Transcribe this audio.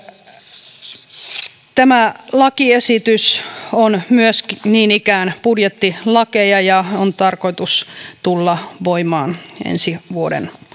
tämä lakiesitys on niin ikään budjettilakeja ja lakien on tarkoitus tulla voimaan ensi vuoden